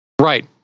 Right